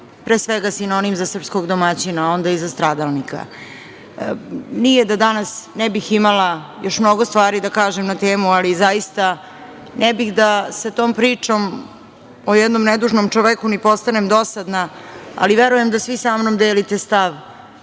pre svega, sinonim za srpskog domaćina, a onda i za stradalnika. Nije da danas ne bih imala još mnogo stvari da kažem na temu, ali ne bih da sa tom pričom o jednom nedužnom čoveku postanem dosadna, ali verujem da svi sa mnom delite stav